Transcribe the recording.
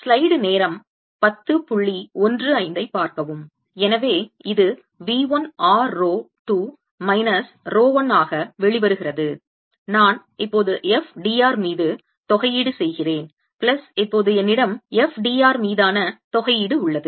எனவே இது V 1 r rho 2 minus rho 1 ஆக வெளிவருகிறது நான் இப்போது f d r மீது தொகையீடு செய்கிறேன் பிளஸ் இப்போது என்னிடம் f d r மீதான தொகையீடு உள்ளது